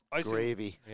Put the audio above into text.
gravy